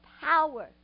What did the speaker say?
power